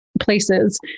places